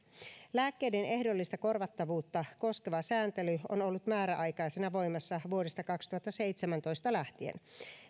lääkkeiden ehdollista korvattavuutta koskeva sääntely on ollut määräaikaisena voimassa vuodesta kaksituhattaseitsemäntoista lähtien